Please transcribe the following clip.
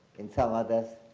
in some others,